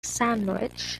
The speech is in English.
sandwich